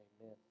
Amen